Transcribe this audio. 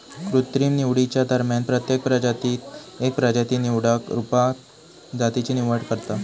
कृत्रिम निवडीच्या दरम्यान प्रत्येक प्रजातीत एक प्रजाती निवडक रुपात जातीची निवड करता